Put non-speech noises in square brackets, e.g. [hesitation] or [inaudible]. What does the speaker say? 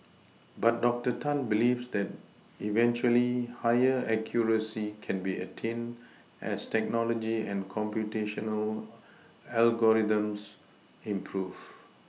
but doctor Tan believes that eventually higher accuracy can be attained as technology and computational [hesitation] algorithms improve